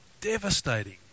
Devastating